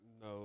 No